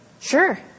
Sure